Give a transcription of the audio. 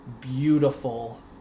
beautiful